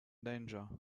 danger